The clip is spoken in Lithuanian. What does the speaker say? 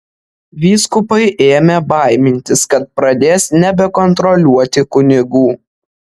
vyskupai ėmė baimintis kad pradės nebekontroliuoti kunigų